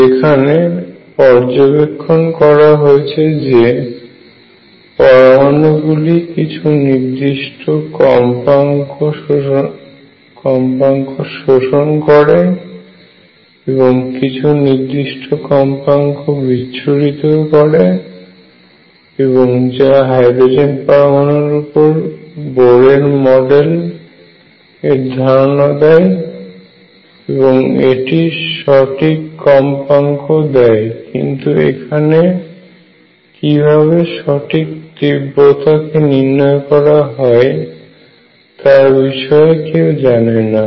যেখানে পর্যবেক্ষণ করা হয়েছে যে পরমাণু গুলি কিছু নির্দিষ্ট কম্পাঙ্ক শোষণ করে এবং কিছু নির্দিষ্ট কম্পাঙ্ক বিচ্ছুরিত ও করে এবং যা হাইড্রোজেন পরমাণুর উপর বোরের মডেল Bohrs model এর ধারণা দেয় এবং এটি সঠিক কম্পাঙ্ক দেয় কিন্তু এখানে কিভাবে সঠিক তিব্রতা কে নির্নয় করা হয় তার বিষয়ে কেউ জানে না